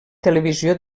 televisió